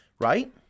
Right